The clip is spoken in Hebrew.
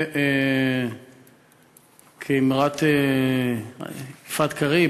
וכאִמרת יפעת קריב,